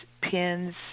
pins